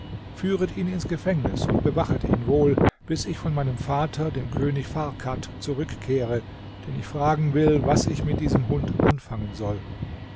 führet ihn ins gefängnis und bewachet ihn wohl bis ich von meinem vater dem könig farkad zurückkehre den ich fragen will was ich mit diesem hund anfangen soll